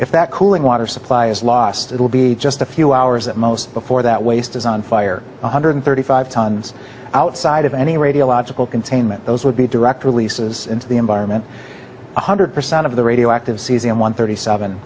if that cooling water supply is lost it will be just a few hours at most before that waste is on fire one hundred thirty five tons outside of any radiological containment those would be direct releases into the environment one hundred percent of the radioactive cesium one thirty seven